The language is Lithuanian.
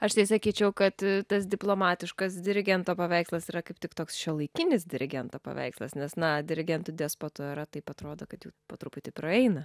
aš tai sakyčiau kad tas diplomatiškas dirigento paveikslas yra kaip tik toks šiuolaikinis dirigento paveikslas nes na dirigentų despotų era taip atrodo kad jau po truputį praeina